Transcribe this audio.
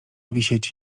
wisieć